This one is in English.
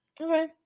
Okay